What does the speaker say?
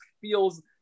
feels